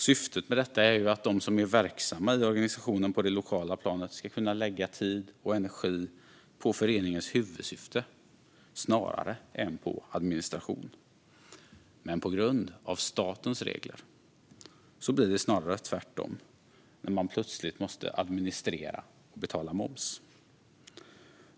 Syftet är att de som är verksamma inom organisationen på det lokala planet ska kunna lägga tid och energi på föreningens huvudsyfte snarare än på administration. Men på grund av statens regler blir det snarare tvärtom när man plötsligt måste administrera och betala moms.